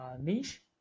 niche